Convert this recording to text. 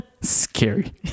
Scary